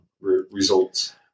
results